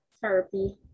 Therapy